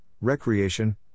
Recreation